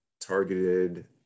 targeted